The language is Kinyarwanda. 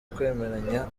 kwemeranya